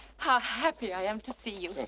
how happy i am to see you.